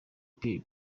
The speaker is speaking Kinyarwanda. pierre